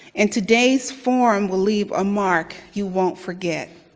and today's forum will leave a mark you won't forget.